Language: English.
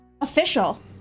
Official